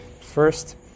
First